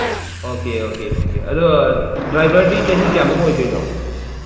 okay okay okay ꯑꯗꯨ ꯗ꯭ꯔꯥꯏꯚꯔꯗꯤ ꯆꯍꯤ ꯀꯌꯥꯃꯨꯛ ꯑꯣꯏꯗꯣꯏꯅꯣ